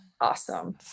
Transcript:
awesome